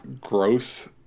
gross